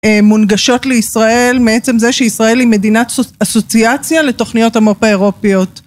מונגשות לישראל, מעצם זה שישראל היא מדינת אסוציאציה לתוכניות המו״פ האירופיות